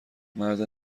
مرد